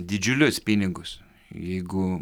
didžiulius pinigus jeigu